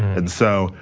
and so,